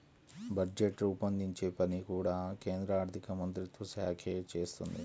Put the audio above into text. budget రూపొందించే పని కూడా కేంద్ర ఆర్ధికమంత్రిత్వ శాఖే చేస్తుంది